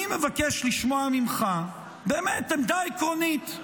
אני מבקש לשמוע ממך עמדה עקרונית.